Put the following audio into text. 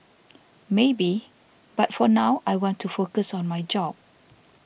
maybe but for now I want to focus on my job